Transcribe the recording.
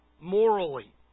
morally